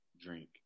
drink